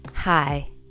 Hi